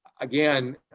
again